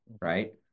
right